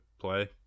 play